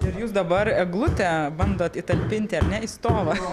ir jūs dabar eglutę bandot įtalpinti ar ne į stovą